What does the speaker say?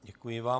Děkuji vám.